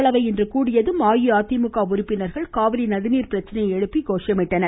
மக்களவை இன்று கூடியதும் அஇஅதிமுக உறுப்பினர்கள் காவிரி நகிநீர் பிரச்சினையை எழுப்பி கோஷமிட்டனர்